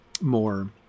more